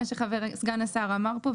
מה שסגן השר אמר פה,